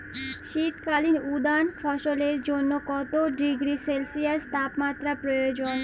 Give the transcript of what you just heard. শীত কালীন উদ্যান ফসলের জন্য কত ডিগ্রী সেলসিয়াস তাপমাত্রা প্রয়োজন?